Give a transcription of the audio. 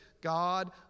God